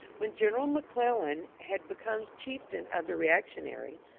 when general mcclellan had become chieftain of the reactionary,